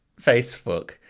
Facebook